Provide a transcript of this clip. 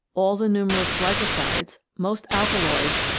all the numerous glycosides, most alkaloids,